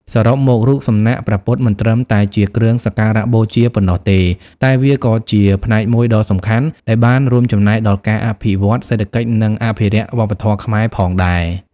សរុបមក រូបសំណាកព្រះពុទ្ធមិនត្រឹមតែជាគ្រឿងសក្ការៈបូជាប៉ុណ្ណោះទេ តែវាក៏ជាផ្នែកមួយដ៏សំខាន់ដែលបានរួមចំណែកដល់ការអភិវឌ្ឍសេដ្ឋកិច្ច និងការអភិរក្សវប្បធម៌ខ្មែរផងដែរ។